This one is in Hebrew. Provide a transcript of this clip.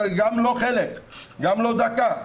גם לא חלק ולא דקה.